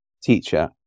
teacher